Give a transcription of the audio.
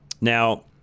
now